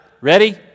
Ready